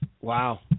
wow